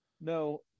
No